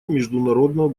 международного